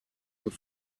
und